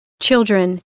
Children